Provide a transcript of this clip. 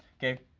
okay?